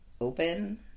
open